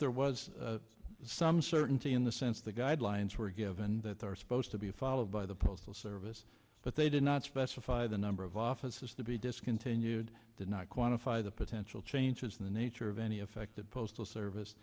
there was some certainty in the sense the guidelines were given that are supposed to be followed by the postal service but they did not specify the number of offices to be discontinued did not quantify the potential changes in the nature of any affected postal service